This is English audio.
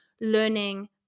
learning